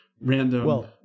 random